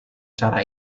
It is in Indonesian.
cara